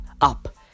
up